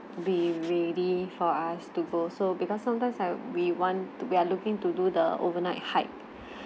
be ready for us to go so because sometimes I we want to we're looking to do the overnight hike